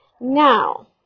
now